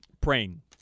praying